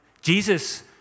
Jesus